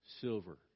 Silver